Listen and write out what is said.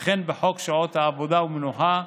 וכן בחוק שעות עבודה ומנוחה,